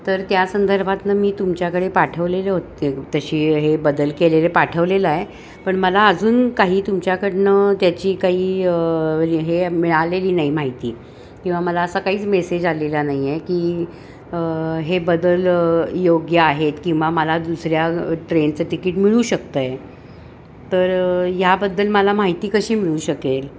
तर त्या संदर्भातनं मी तुमच्याकडे पाठवलेले होते तशी हे बदल केलेले पाठवलेलं आहे पण मला अजून काही तुमच्याकडनं त्याची काही हे मिळालेली नाही माहिती किंवा मला असा काहीच मेसेज आलेला नाही आहे की हे बदल योग्य आहेत किंवा मला दुसऱ्या ट्रेनचं तिकीट मिळू शकतं आहे तर ह्याबद्दल मला माहिती कशी मिळू शकेल